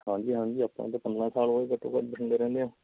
ਹਾਂਜੀ ਹਾਂਜੀ ਆਪਾਂ ਨੂੰ ਤਾਂ ਪੰਦਰਾਂ ਸਾਲ ਹੋ ਗਏ ਘੱਟੋ ਘੱਟ ਬਠਿੰਡੇ ਰਹਿੰਦਿਆਂ